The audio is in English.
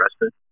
arrested